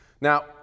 now